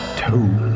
two